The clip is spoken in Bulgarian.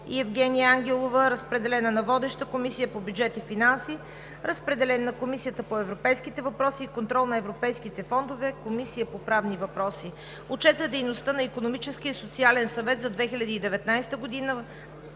Евгения Ангелова. Разпределен е на Водещата комисия по бюджет и финанси, на Комисията по европейските въпроси и контрол на европейските фондове и Комисията по правни въпроси. Отчет за дейността на Икономическия социален съвет за 2019 г.